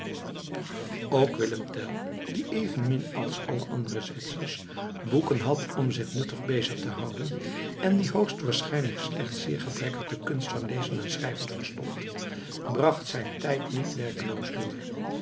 ook willem tell die evenmin als alle andere zwitsers boeken had om zich nuttig bezig te houden en die hoogstwaarschijnlijk slechts zeer gebrekkig de kunst van lezen en schrijven verstond bracht zijn tijd niet werkeloos door